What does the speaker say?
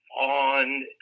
on